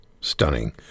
stunning